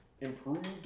improved